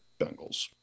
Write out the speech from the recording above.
Bengals